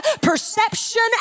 perception